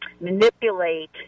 manipulate